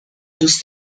دوست